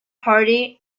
party